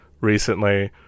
recently